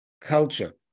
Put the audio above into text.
culture